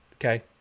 Okay